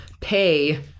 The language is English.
pay